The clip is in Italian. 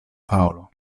paolo